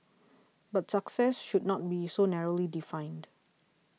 but success should not be so narrowly defined